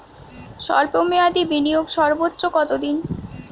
স্বল্প মেয়াদি বিনিয়োগ সর্বোচ্চ কত দিন?